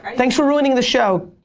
thanks for ruining the show.